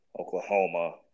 Oklahoma